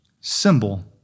symbol